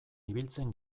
ibiltzen